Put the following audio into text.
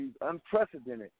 unprecedented